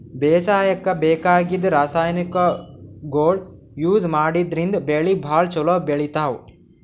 ಬೇಸಾಯಕ್ಕ ಬೇಕಾಗಿದ್ದ್ ರಾಸಾಯನಿಕ್ಗೊಳ್ ಯೂಸ್ ಮಾಡದ್ರಿನ್ದ್ ಬೆಳಿ ಭಾಳ್ ಛಲೋ ಬೆಳಿತಾವ್